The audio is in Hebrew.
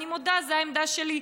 אני מודה, זו העמדה שלי.